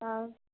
हाँ